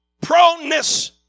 proneness